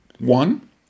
One